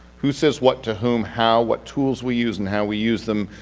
who says what to whom how? what tools we use and how we use them?